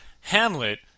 Hamlet